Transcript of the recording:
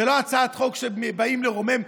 זו לא הצעת חוק שבאה לרומם.